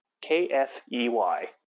K-F-E-Y